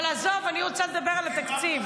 אבל עזוב, אני רוצה לדבר על התקציב.